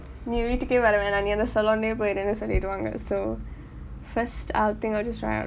என் வீட்டுக்கே வர வேண்டாம் நீ அந்த:en vitukke vara vaendam ni antha salon லே போயிருன்னு சொல்லிருவாங்க:le poyirunnu solliruvaanga so first outing or just right